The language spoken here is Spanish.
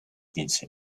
quince